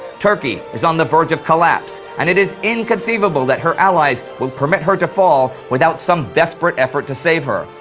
turkey is on the verge of collapse and it is inconceivable that her allies will permit her to fall without some desperate effort to save her.